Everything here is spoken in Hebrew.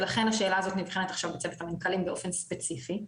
ולכן השאלה הזאת נבחנת עכשיו בצוות המנכ"לים באופן ספציפי.